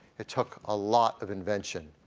it took a lot of invention.